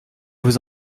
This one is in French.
vous